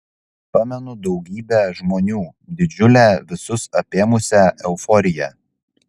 pamenu daugybę žmonių didžiulę visus apėmusią euforiją